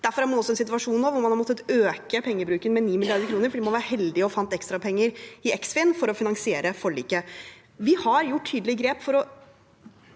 Derfor er man i en situasjon nå hvor man har måttet øke pengebruken med 9 mrd. kr, fordi man var heldig og fant ekstra penger i Eksfin for å finansiere forliket. Vi har gjort tydelige grep for å